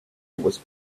was